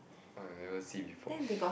ah I never see before